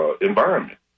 environment